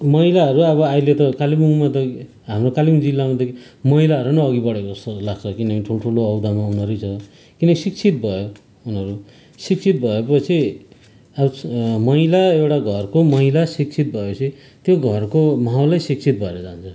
महिलाहरू अब अहिले त कालेबुङमा त हाम्रो कालेबुङ जिल्लामा त महिलाहरू नै अगि बढेको जस्तो लाग्छ किन भने ठुल्ठुलो अहोदामा उनीहरू नै छ किन शिक्षित भयो उनीहरू शिक्षित भएपछि अब महिला एउटा घरको महिला शिक्षित भएपछि त्यो घरको माहोलै शिक्षित भएर जान्छ